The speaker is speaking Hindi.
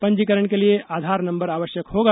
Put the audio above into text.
पंजीकरण के लिए आधार नम्बर आवश्ययक होगा